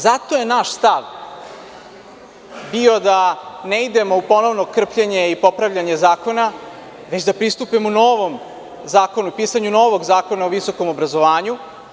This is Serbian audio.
Zato je naš stav bio da ne idemo u ponovno krpljenje i popravljanje zakona, već da pristupimo pisanju novog zakona o visokom obrazovanju.